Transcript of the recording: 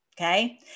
Okay